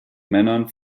männern